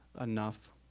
enough